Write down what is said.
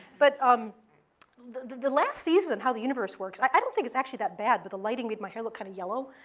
but um the the last season of and how the universe works, i don't think it's actually that bad, but the lighting made my hair look kind of yellow.